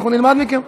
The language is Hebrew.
ואנחנו נלמד מכם.